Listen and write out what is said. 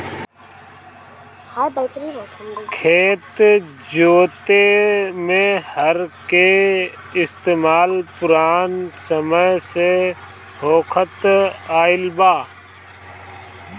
खेत जोते में हर के इस्तेमाल पुरान समय से होखत आइल बा